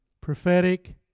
Prophetic